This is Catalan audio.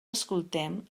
escoltem